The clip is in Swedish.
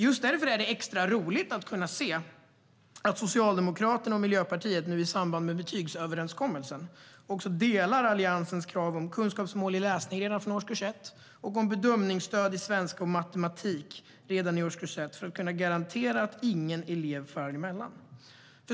Just därför är det extra roligt att kunna se att Socialdemokraterna och Miljöpartiet i samband med betygsöverenskommelsen delar Alliansens krav på kunskapsmål i läsning redan från årskurs 1 och på bedömningsstöd i svenska och matematik redan i årskurs 1 för att kunna garantera att ingen elev ska falla mellan stolarna.